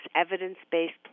evidence-based